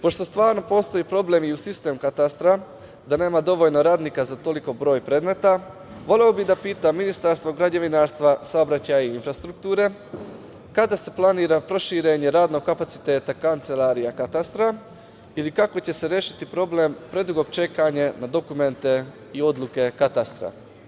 Pošto stvarno postoji problem i u sistemu katastra, da nema dovoljno radnika za toliki broj predmeta, voleo bih da pitam ministra građevinarstva, saobraćaja i infrastrukture, kada se planira proširenje radnog kapaciteta kancelarija katastra ili kako će se rešiti problem predugog čekanja na dokumenta i odluke katastra?